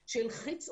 עליהם.